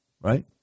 Right